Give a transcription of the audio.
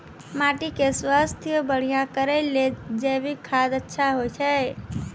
माटी के स्वास्थ्य बढ़िया करै ले जैविक खाद अच्छा होय छै?